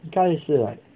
应该是 like